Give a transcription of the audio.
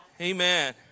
Amen